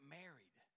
married